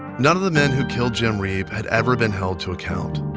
none of the men who killed jim reeb had ever been held to account.